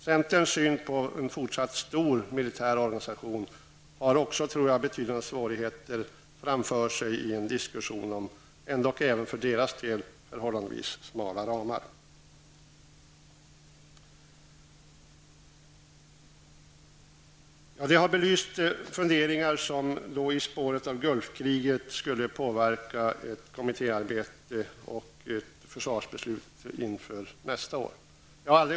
Centerns syn på en fortsatt stor militär organisation har också betydande svårigheter framför sig i en diskussion om en ändock för deras del förhållandevis smal ram. Vi har belyst funderingar som i spåret av Gulfkriget skulle påverka ett kommittéarbete och ett försvarsbeslut inför nästa år.